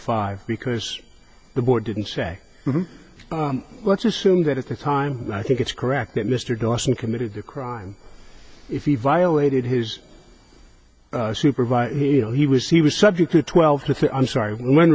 five because the board didn't say let's assume that at the time i think it's correct that mr dawson committed the crime if he violated his supervisor here he was he was subject to twelve i'm sorry when